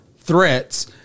threats